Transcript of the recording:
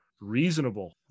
reasonable